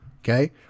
Okay